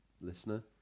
listener